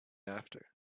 after